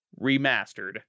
Remastered